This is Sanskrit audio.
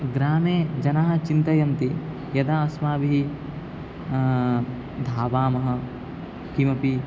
ग्रामे जनाः चिन्तयन्ति यदा अस्माभिः धावामः किमपि